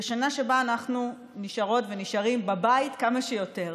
זאת השנה שבה אנחנו נשארות ונשארים בבית כמה שיותר.